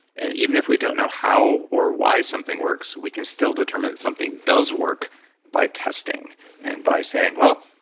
and even if we don't know how or why something works, we can still determine something does work by testing and by saying, well,